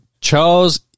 Charles